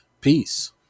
Peace